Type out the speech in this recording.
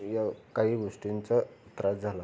या काही गोष्टींचा त्रास झाला